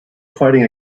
fighting